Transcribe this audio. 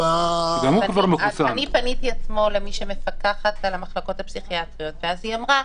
אני פניתי אתמול למי שמפקחת על המחלקות הפסיכיאטריות והיא אמרה: